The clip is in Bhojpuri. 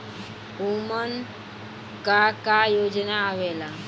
उमन का का योजना आवेला?